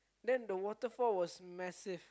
then the waterfall was massive